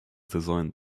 designed